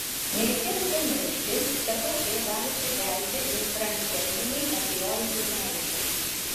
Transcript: nereikėtų pamiršti kad op gali sukelti ir transderminiai opioidų pleistrai